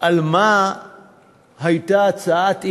לראות על מה הייתה הצעת האי-אמון,